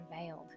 unveiled